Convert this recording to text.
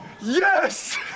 Yes